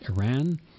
Iran